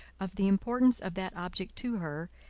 of the importance of that object to her,